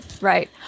Right